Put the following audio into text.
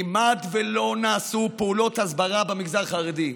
כמעט לא נעשו פעולות הסברה במגזר החרדי.